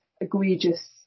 egregious